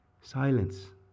Silence